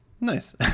Nice